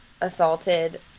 assaulted